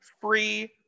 free